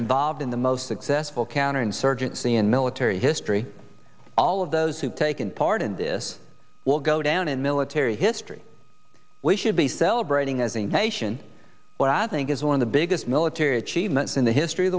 involved in the most successful counterinsurgency in military history all of those who've taken part in this will go down in military history we should be celebrating as a nation but i think is one of the biggest military achievements in the history of